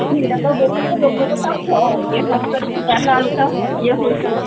ଭିଡ଼ ତ ବହୁତ ଲୋକଙ୍କୁ ତ ଇଏ କରି କରି ଯିବା ନା ଆଉ ତ ଇଏ ହେଉଛି